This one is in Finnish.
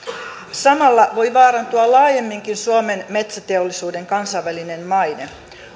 samalla voi vaarantua laajemminkin suomen metsäteollisuuden kansainvälinen maine